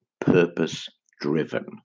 purpose-driven